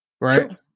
Right